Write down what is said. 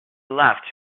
left